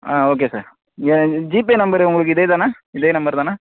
ஆ okay sir என் GPay number உங்களுக்கு இதே தானா இதே நம்பர் தான